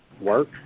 work